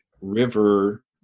river